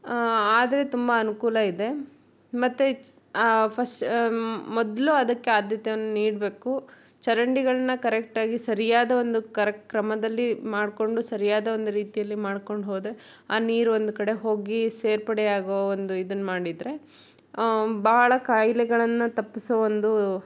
ಆದರೆ ತುಂಬ ಅನುಕೂಲ ಇದೆ ಮತ್ತೆ ಫಸ್ಟ್ ಮೊದಲು ಅದಕ್ಕೆ ಆದ್ಯತೆಯನ್ನು ನೀಡಬೇಕು ಚರಂಡಿಗಳ್ನ ಕರೆಕ್ಟಾಗಿ ಸರಿಯಾದ ಒಂದು ಕರೆಕ್ಟ್ ಕ್ರಮದಲ್ಲಿ ಮಾಡಿಕೊಂಡು ಸರಿಯಾದ ಒಂದು ರೀತಿಯಲ್ಲಿ ಮಾಡ್ಕೊಂಡು ಹೋದರೆ ಆ ನೀರು ಒಂದು ಕಡೆ ಹೋಗಿ ಸೇರ್ಪಡೆಯಾಗೋ ಒಂದು ಇದನ್ನ ಮಾಡಿದರೆ ಬಹಳ ಕಾಯಿಲೆಗಳನ್ನ ತಪ್ಪಿಸೋ ಒಂದು